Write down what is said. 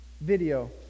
video